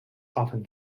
often